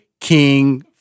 king